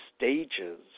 stages